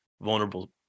vulnerable